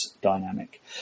dynamic